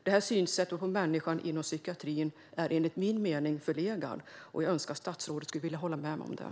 Det här synsättet på människan inom psykiatrin är enligt min mening förlegad. Jag önskar att statsrådet vill hålla mig om det.